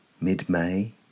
Mid-May